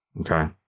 Okay